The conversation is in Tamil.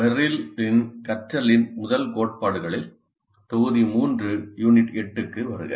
மெர்ரில் கற்றலின் முதல் கோட்பாடுகளில் தொகுதி 3 யூனிட் 8 க்கு வருக